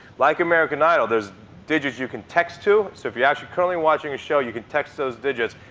like american idol, there's digits you can text to. so if you're actually currently watching a show, you can text those digits.